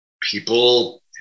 people